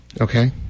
Okay